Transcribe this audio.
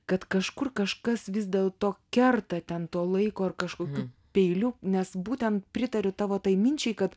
kad kažkur kažkas vis dėl to kerta ten to laiko ar kažkokiu peiliu nes būtent pritariu tavo tai minčiai kad